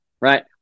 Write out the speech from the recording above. right